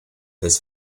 his